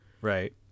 Right